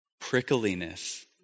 prickliness